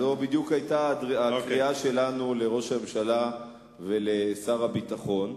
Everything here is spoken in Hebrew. זאת בדיוק היתה הקריאה שלנו לראש הממשלה ולשר הביטחון.